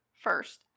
first